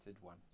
one